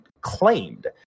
claimed